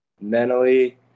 mentally